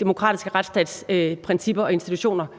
demokratiske retsstatsprincipper og institutioner,